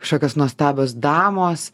kažkokios nuostabios damos